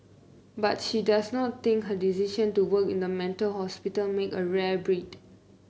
but she does not think her decision to work in the mental hospital make her a rare breed